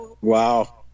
Wow